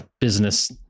business